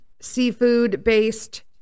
seafood-based